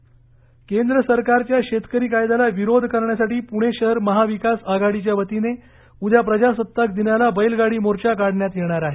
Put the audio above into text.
शेतकरी आंदोलन केंद्र सरकारच्या शेतकरी कायद्याला विरोध करण्यासाठी पुणे शहर महाविकास आघाडीच्या वतीने उद्या प्रजासत्ताक दिनाला बैलगाडी मोर्चा काढण्यात येणार आहे